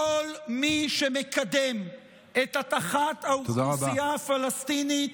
כל מי שמקדם את הטחת האוכלוסייה הפלסטינית,